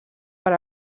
per